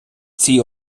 цій